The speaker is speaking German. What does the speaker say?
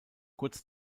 kurz